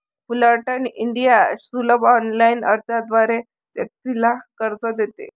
Fullerton India सुलभ online अर्जाद्वारे व्यक्तीला कर्ज देते